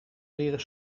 leren